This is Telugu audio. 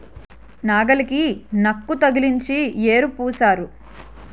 నాగలికి నక్కు తగిలించి యేరు పూశారు